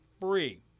free